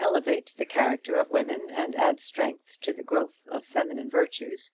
elevate the character of women and add strength to the growth of feminine virtues